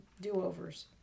do-overs